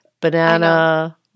banana